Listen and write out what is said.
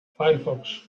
firefox